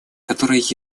которая